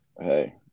Hey